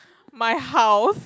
my house